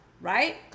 right